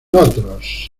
otros